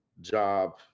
job